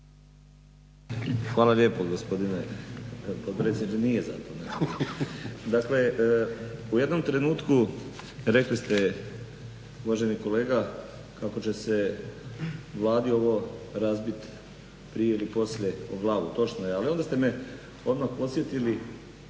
Hvala lijepo gospodine potpredsjedniče. Nije … dakle u jednom trenutku rekli ste uvaženi kolega kako će se Vladi ovo razbiti prije ili poslije o glavu. Točno je. Ali odmah ste me podsjetili